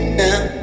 now